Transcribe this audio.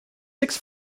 six